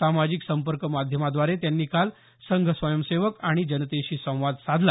सामाजिक संपर्क माध्यमाद्वारे त्यांनी काल संघ स्वयंसेवक आणि जनतेशी संवाद साधला